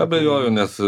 abejoju nes